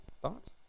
thoughts